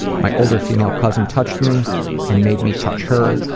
my older female cousin touched me and made me touch her.